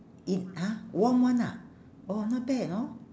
it !huh! warm one ah oh not bad hor